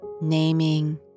Naming